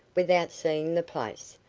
without seeing the place.